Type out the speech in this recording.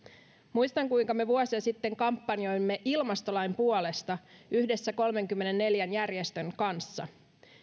muistan kuinka me vuosia sitten kampanjoimme ilmastolain puolesta yhdessä kolmenkymmenenneljän järjestön kanssa